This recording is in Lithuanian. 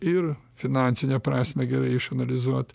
ir finansinę prasmę gerai išanalizuot